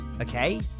okay